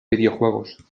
videojuegos